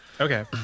Okay